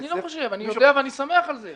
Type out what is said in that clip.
אני לא חושב, אני יודע ואני שמח על זה.